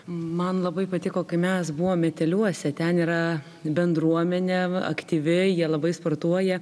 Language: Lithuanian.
man labai patiko kai mes buvome meteliuose ten yra bendruomenė aktyvi jie labai sportuoja